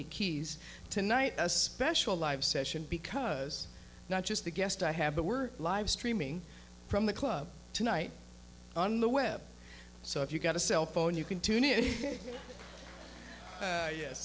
eight keys tonight a special live session because not just the guest i have but we're live streaming from the club tonight on the web so if you've got a cell phone you can